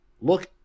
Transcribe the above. look